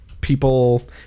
People